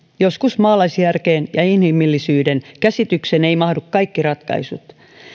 joskus maalaisjärkeen ja inhimillisyyden käsitykseen eivät mahdu kaikki ratkaisut